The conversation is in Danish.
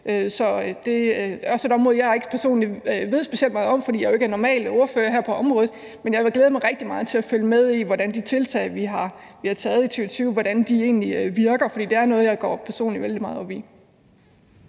Det er også et område, jeg ikke personligt ved specielt meget om, fordi jeg jo ikke normalt er ordfører på området, men jeg vil glæde mig rigtig meget til at følge med i, hvordan de tiltag, vi har taget i 2020, egentlig virker, fordi det er noget, jeg personligt